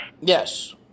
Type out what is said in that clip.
Yes